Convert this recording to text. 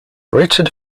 richard